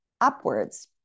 upwards